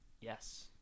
Yes